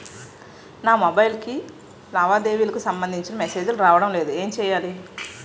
నాకు మొబైల్ కు లావాదేవీలకు సంబందించిన మేసేజిలు రావడం లేదు ఏంటి చేయాలి?